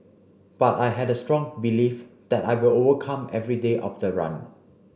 but I had a strong belief that I will overcome every day of the run